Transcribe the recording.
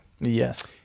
Yes